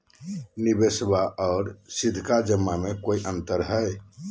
निबेसबा आर सीधका जमा मे कोइ अंतर हय?